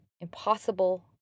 impossible